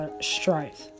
strife